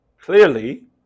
Clearly